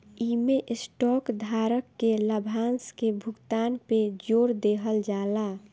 इमें स्टॉक धारक के लाभांश के भुगतान पे जोर देहल जाला